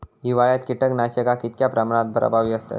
हिवाळ्यात कीटकनाशका कीतक्या प्रमाणात प्रभावी असतत?